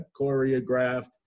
choreographed